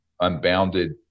unbounded